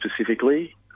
specifically